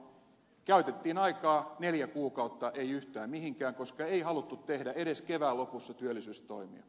käytettiin aikaa neljä kuukautta ei yhtään mihinkään koska ei haluttu tehdä edes kevään lopussa työllisyystoimia